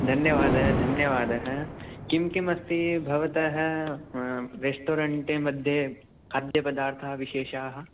धन्यवादः धन्यवादः किं किम् अस्ति भवतः रेस्टोरेण्ट् मध्ये खाद्यपदार्थाः विशेषाः